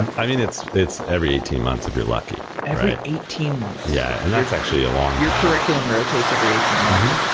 i mean, it's it's every eighteen months if you're lucky. every eighteen months. yeah, and that's actually a long time. your curriculum rotates every eighteen months.